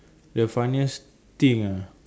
the funniest thing ah